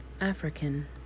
African